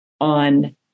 on